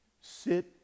Sit